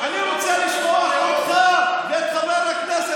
אני רוצה לשלוח אותך ואת חבר הכנסת